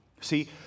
See